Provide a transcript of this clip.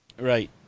Right